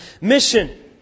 mission